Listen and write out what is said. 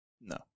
No